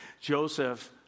Joseph